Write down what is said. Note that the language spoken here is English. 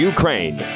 Ukraine